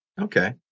Okay